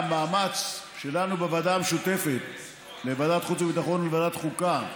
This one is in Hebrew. המאמץ שלנו בוועדה המשותפת לוועדת חוץ וביטחון ולוועדת החוקה,